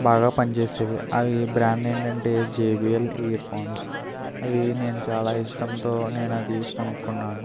బాగా పని చేసేవి అవి బ్రాండ్ ఏందంటే జేబీఎల్ ఇయర్ఫోన్స్ అవి నేను చాలా ఇష్టంతో నేను అది కొనుక్కున్నాను